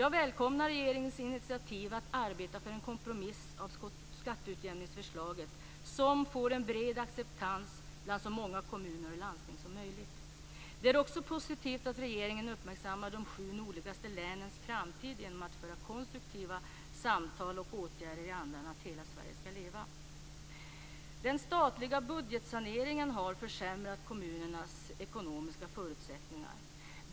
Jag välkomnar regeringens initiativ att arbeta för en kompromiss vad gäller skatteutjämningsförslaget som får en bred acceptans bland så många kommuner och landsting som möjligt. Det är också positivt att regeringen uppmärksammar de sju nordligaste länens framtid genom att föra konstruktiva samtal om åtgärder i andan att hela Sverige skall leva. Den statliga budgetsaneringen har försämrat kommunernas ekonomiska förutsättningar.